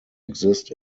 exist